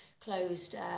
closed